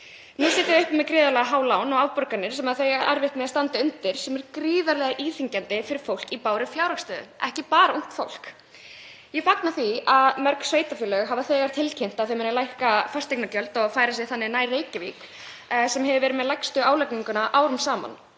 Nú sitja þau uppi með gríðarlega há lán og afborganir sem þau eiga erfitt með að standa undir, sem er gríðarlega íþyngjandi fyrir fólk í bágri fjárhagsstöðu, ekki bara ungt fólk. Ég fagna því að mörg sveitarfélög hafa þegar tilkynnt að þau muni lækka fasteignagjöld og færa sig þannig nær Reykjavík sem hefur verið með lægstu álagninguna árum saman